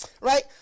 right